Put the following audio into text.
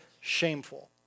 shameful